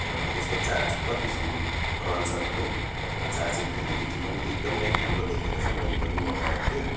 यसको चार्ज कतिसम्म रहन्छ भन्ने चार्जिङ भ्यालिडिटी पनि एकदमै राम्रो देखेर चाहिँ मैले पनि मगाएको थिएँ